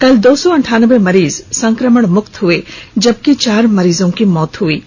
कल दो सौ अंठानबे मरीज संक्रमण मुक्त हुए जबकि चार मरीजों की मौत हुई है